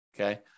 okay